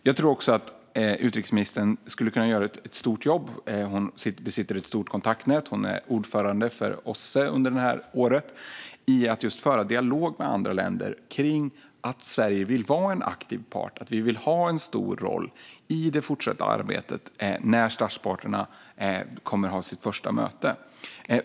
Jag tror också att utrikesministern skulle kunna göra ett stort jobb - hon besitter ett stort kontaktnät och hon är ordförande för OSSE under det här året - när det gäller att föra dialog med andra länder kring att Sverige vill vara en aktiv part och ha en stor roll i det fortsatta arbetet när statsparterna kommer att ha sitt första möte.